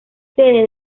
sede